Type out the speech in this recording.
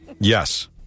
Yes